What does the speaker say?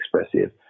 expressive